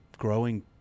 growing